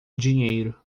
dinheiro